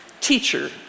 teacher